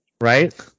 right